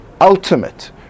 ultimate